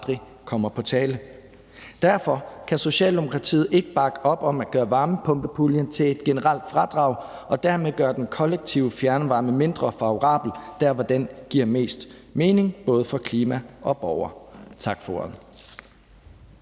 Derfor kan Socialdemokratiet ikke bakke op om at erstatte varmepumpepuljen med et generelt fradrag og dermed gøre den kollektive fjernvarme mindre favorabel der, hvor den giver mest mening både for klimaet og for borgerne. Tak for